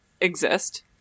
exist